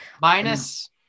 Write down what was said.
Minus